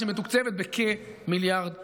שמתוקצבת בכמיליארד שקלים.